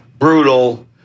Brutal